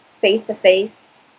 face-to-face